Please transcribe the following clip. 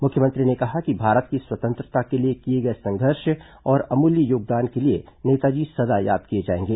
मुख्यमंत्री ने कहा कि भारत की स्वतंत्रता के लिए किए गए संघर्ष और अमूल्य योगदान के लिए नेताजी सदा याद किए जाएंगे